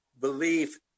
belief